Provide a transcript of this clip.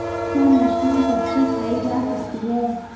क्या मशरूम कच्ची खाई जा सकती है?